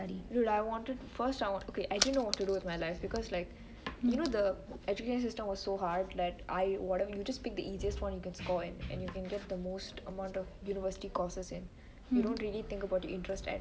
dude I wanted first I wanted okay I didn't know what to do with my life because the education system was so hard like I whatever you just pick the easiest one you can score in and you can get the most amount of university courses in you don't really think about